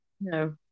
No